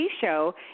show